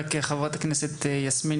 חברת הכנסת יסמין,